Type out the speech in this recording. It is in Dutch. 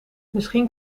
misschien